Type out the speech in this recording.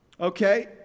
Okay